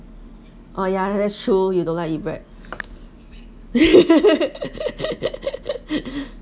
oh ya ya that's true you don't like eat bread